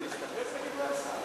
להסתפק בדברי השר.